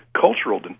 cultural